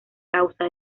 causa